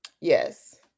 Yes